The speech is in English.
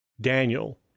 Daniel